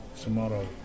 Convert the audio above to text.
tomorrow